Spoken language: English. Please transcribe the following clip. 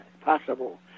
possible